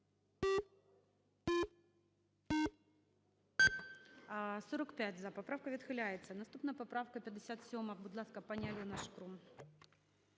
За-45 Поправка відхиляється. Наступна поправка - 57. Будь ласка, пані Альона Шкрум.